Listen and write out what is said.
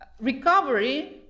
Recovery